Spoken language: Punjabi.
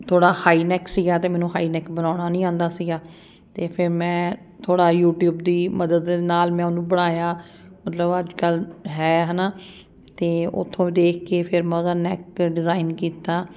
ਥੋੜ੍ਹਾ ਹਾਈ ਨੈਕ ਸੀਗਾ ਅਤੇ ਮੈਨੂੰ ਹਾਈ ਨੈਕ ਬਣਾਉਣਾ ਨਹੀਂ ਆਉਂਦਾ ਸੀਗਾ ਅਤੇ ਫਿਰ ਮੈਂ ਥੋੜ੍ਹਾ ਯੂਟਿਊਬ ਦੀ ਮਦਦ ਦੇ ਨਾਲ ਮੈਂ ਉਹਨੂੰ ਬਣਾਇਆ ਮਤਲਬ ਅੱਜ ਕੱਲ੍ਹ ਹੈ ਹੈ ਨਾ ਅਤੇ ਉਥੋਂ ਦੇਖ ਕੇ ਫਿਰ ਮੈਂ ਉਹਦਾ ਨੈਕ ਡਿਜ਼ਾਇਨ ਕੀਤਾ